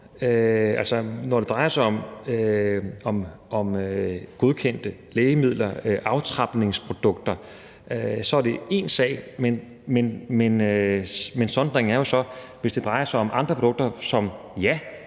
når det drejer sig om godkendte lægemidler, aftrapningsprodukter, altså så er én sag. Men sondringen er jo så i forhold til, hvis det drejer sig om andre produkter, og der